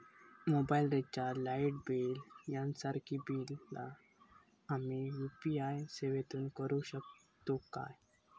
Mobile recharge, light bill यांसारखी बिला आम्ही यू.पी.आय सेवेतून करू शकतू काय?